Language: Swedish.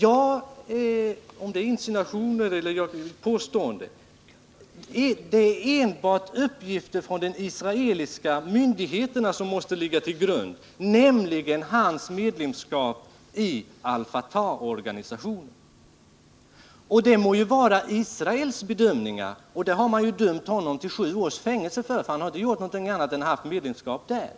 Oavsett om det skulle anses vara en insinuation eller ett påstående vill jag hävda att det enbart måste vara uppgifter från de israeliska myndigheterna som ligger till grund för gjorda bedömningar, nämligen uppgifter om Hassan Buluts medlemskap i Al Fatah-organisationen. Detta må ligga till grund för Israels bedömning, och man har där dömt Bulut till sju års fängelse för detta medlemskap. Han har inte gjort något annat än att han haft medlemskap i organisationen.